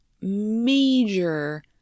major